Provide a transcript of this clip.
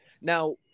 now